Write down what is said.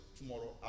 tomorrow